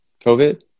COVID